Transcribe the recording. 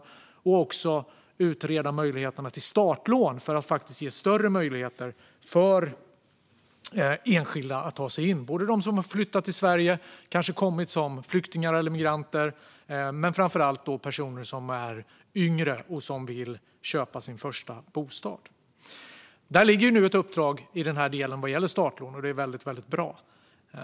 Man skulle också utreda möjligheterna till startlån för att faktiskt ge större möjligheter för enskilda att ta sig in på bostadsmarknaden - både de som har flyttat till Sverige och kanske kommit hit som flyktingar eller migranter och personer som är yngre och vill köpa sin första bostad. Det ligger nu ett uppdrag i den här delen vad gäller startlån, och det är väldigt bra.